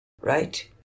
Right